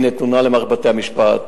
זה נתון למערכת בתי-המשפט.